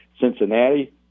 Cincinnati